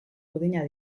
urdinak